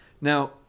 Now